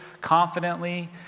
confidently